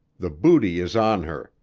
the booty is on her,